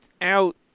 out